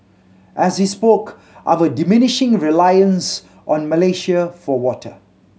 as he spoke our diminishing reliance on Malaysia for water